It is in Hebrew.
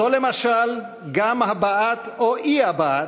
זו, למשל, גם הבעת, או אי-הבעת,